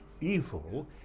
evil